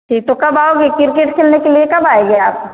ठीक तो कब आओगे किरकेट खेलने के लिए कब आएंगे आप